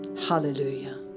Hallelujah